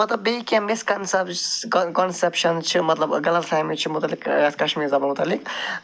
مطلب بیٚیہِ کیٚنٛہہ کانسٮ۪پشَنٕز چھِ مطلب غلط فہمی چھِ مُتعلِق یَتھ کَشمیٖری زَبانہِ مُتعلِق